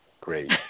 great